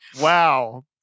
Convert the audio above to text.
Wow